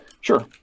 Sure